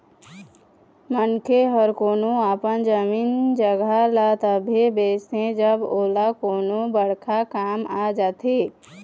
मनखे ह कोनो अपन जमीन जघा ल तभे बेचथे जब ओला कोनो बड़का काम आ जाथे